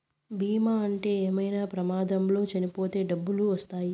బీమా ఉంటే ఏమైనా ప్రమాదంలో చనిపోతే డబ్బులు వత్తాయి